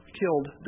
killed